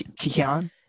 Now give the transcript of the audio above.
Kian